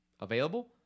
available